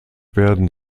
werden